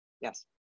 Yes